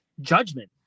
judgment